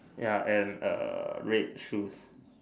ya and uh red shoes